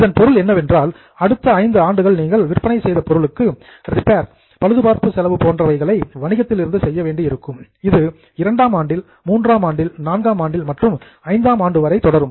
இதன் பொருள் என்னவென்றால் அடுத்த 5 ஆண்டுகள் நீங்கள் விற்பனை செய்த பொருளுக்கு ரிப்பேர் பழுதுபார்ப்பு செலவு போன்றவைகளை வணிகத்தில் இருந்து செய்ய வேண்டி இருக்கும் இது 2 ஆம் ஆண்டில் 3 ஆம் ஆண்டில் 4 ஆம் ஆண்டில் மற்றும் 5 ஆம் ஆண்டு வரை தொடரும்